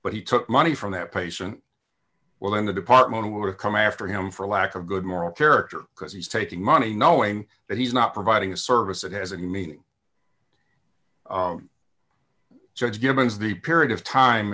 but he took money from that patient well then the department would have come after him for lack of good moral character because he's taking money knowing that he's not providing a service that has a meaning judge givens the period of time